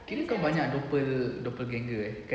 kira kau banyak doppel~ doppelganger eh kan